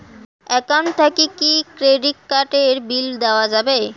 Account থাকি কি credit card এর বিল দেওয়া যাবে?